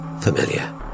familiar